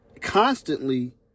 constantly